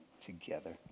together